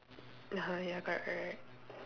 ya ya correct correct